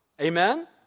Amen